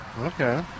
Okay